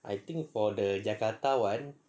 I think for the jakarta [one]